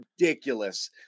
ridiculous